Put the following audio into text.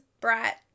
brat